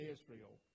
Israel